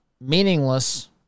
meaningless